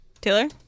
Taylor